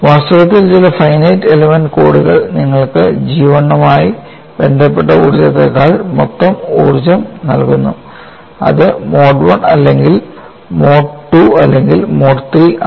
വാസ്തവത്തിൽ ചില finite element കോഡുകൾ നിങ്ങൾക്ക് G I യുമായി ബന്ധപ്പെട്ട ഊർജ്ജത്തേക്കാൾ മൊത്തം ഊർജ്ജം നൽകുന്നു അത് മോഡ് I അല്ലെങ്കിൽ മോഡ് II അല്ലെങ്കിൽ മോഡ് III ആണ്